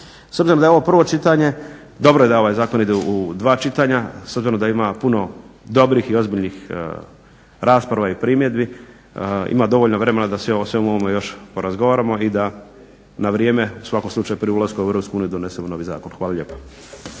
S obzirom da je ovo prvo čitanje dobro je da ovaj zakon ide u dva čitanja s obzirom da ima puno dobrih i ozbiljnih rasprava i primjedbi ima dovoljno vremena da se o svemu ovome još porazgovaramo i da na vrijeme u svakom slučaju prije ulaska u EU donesemo novi zakon. Hvala lijepa.